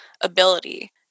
ability